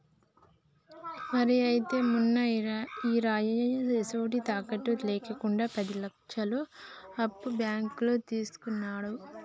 మరి అయితే మొన్న ఈరయ్య ఎసొంటి తాకట్టు లేకుండా పది లచ్చలు అప్పు బాంకులో తీసుకున్నాడట